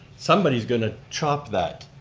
somebody's going to chop that.